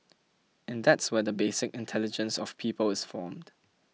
and that's where the basic intelligence of people is formed